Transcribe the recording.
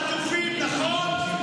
ויתור על החטופים, נכון?